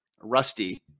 rusty